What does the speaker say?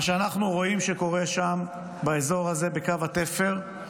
מה שאנחנו רואים שקורה שם, באזור הזה בקו התפר,